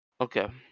Okay